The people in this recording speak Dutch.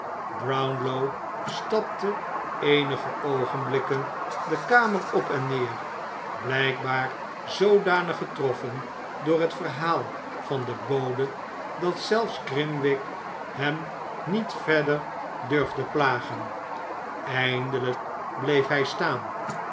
brownlow stapte eenige oogenblikken de kamer op en neer blijkbaar zoodanig getroffen door het verhaal van den bode dat zelfs grimwig hem niet verder durfde plagen eindelijk bleef hij staan